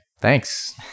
Thanks